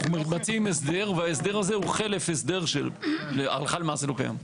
אנחנו מבצעים הסדר וההסדר הזה הוא חלף הסדר שלהערכה למעשה לא קיים.